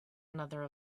another